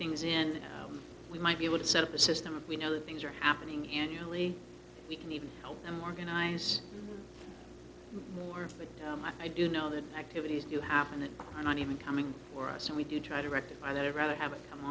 things in we might be able to set up a system of we know that things are happening in you only we can even help them organize more but i do know that activities do happen that are not even coming for us and we do try to rectify that i'd rather have it